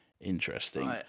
interesting